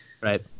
Right